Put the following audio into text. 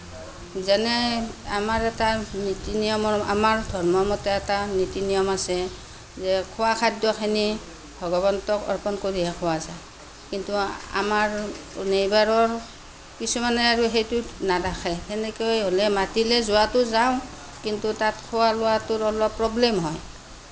যেনে আমাৰ এটা নীতি নিয়ম আমাৰ ধৰ্মৰ মতে এটা নীতি নিয়ম আছে যে খোৱা খাদ্যখিনি ভগৱন্তক অৰ্পণ কৰিহে খোৱা যায় কিন্তু আমাৰ নেবাৰৰ কিছুমাণে আৰু সেইটোত নাৰাখে সেনেকৈ হ'লে মাতিলে যোৱাটো যাওঁ কিন্তু তাত খোৱা লোৱাটোৰ অলপ প্ৰব্লেম হয়